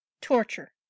Torture